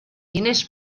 diners